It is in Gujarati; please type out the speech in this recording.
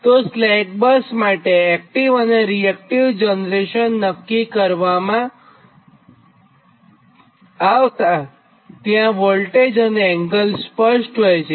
તો સ્લેક બસ માટે એક્ટીવ અને રીએક્ટીવ જનરેશન નક્કી કરવામાં આવતાંત્યાં વોલ્ટેજ અને એંગલ સ્પષ્ટ હોય છે